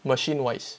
machine wise